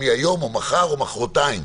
אנחנו מבקשים אחריות אישית.